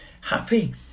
happy